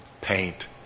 paint